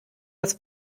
das